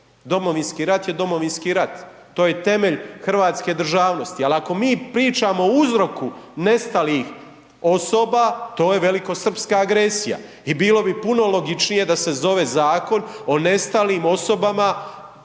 Domovinski rat je Domovinski rat, to je temelj hrvatske državnosti, al ako mi pričamo o uzroku nestalih osoba, to je velikosrpska agresija i bilo bi puno logičnije da se zove Zakon o nestalim osobama